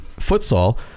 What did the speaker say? futsal